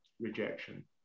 rejection